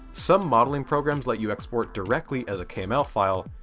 some modelling programs let you export directly as a kml file,